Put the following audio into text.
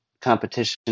competition